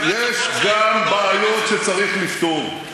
יש גם בעיות שצריך לפתור,